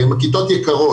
כי אלה כיתות יקרות,